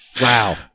wow